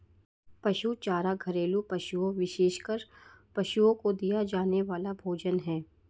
पशु चारा घरेलू पशुओं, विशेषकर पशुओं को दिया जाने वाला भोजन है